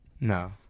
No